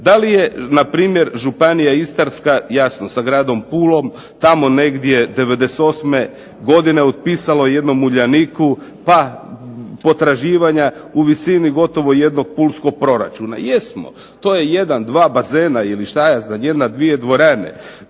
Da li je npr. Županija Istarska jasno sa gradom Pulom tamo negdje '98. godine otpisalo jednom Uljaniku potraživanja u visini jednog pulskog proračuna? Jesmo. To je jedan, dva bazena ili što ja znam jedna, dvije dvorane.